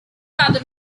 other